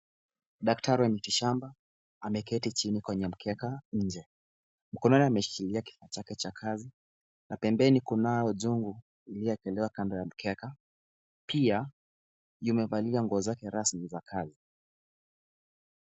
Daktari wa mitishamba, ameketi chini kwenye mkeka, nje. Mkononi ameshikilia kifaa chake cha kazi, na pembeni kunao jungu Iliyoekelewa kando ya mkeka, pia yumevalia nguo zake rasmi za kazi.